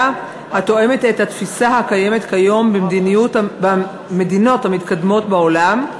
התואמת את התפיסה הקיימת כיום במדינות המתקדמות בעולם,